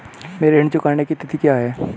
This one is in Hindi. मेरे ऋण चुकाने की तिथि क्या है?